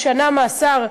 הוא שנה מאסר,